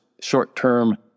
short-term